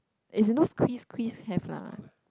as in those quiz quiz have lah